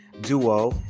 duo